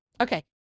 Okay